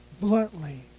bluntly